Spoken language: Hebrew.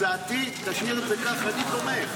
הצעתי: תשאיר את זה ככה, אני תומך.